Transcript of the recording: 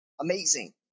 Amazing